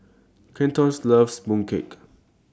Kelton loves Mooncake